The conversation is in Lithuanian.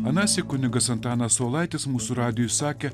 anąsyk kunigas antanas saulaitis mūsų radijui sakė